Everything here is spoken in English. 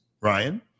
Ryan